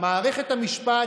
מערכת המשפט?